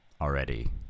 already